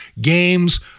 games